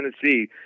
Tennessee